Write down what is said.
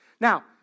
Now